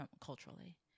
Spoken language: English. culturally